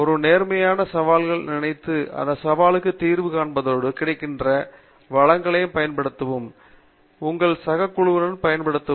ஒரு நேர்மறையான சவாலாக நினைத்து அந்த சவாலுக்கு தீர்வு காண்பதோடு கிடைக்கின்ற வளங்களைப் பயன்படுத்தவும் உங்கள் சக குழுவைப் பயன்படுத்தவும்